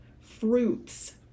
fruits